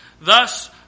Thus